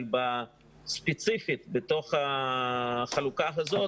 אבל ספציפית בתוך החלוקה הזאת,